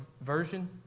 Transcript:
Version